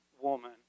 woman